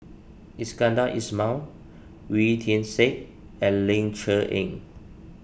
Iskandar Ismail Wee Tian Siak and Ling Cher Eng